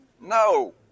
No